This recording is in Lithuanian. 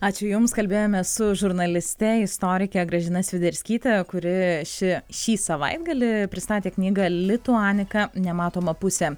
ačiū jums kalbėjome su žurnaliste istorikė gražina sviderskytė kuri ši šį savaitgalį pristatė knygą lituanika nematoma pusė